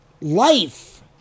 life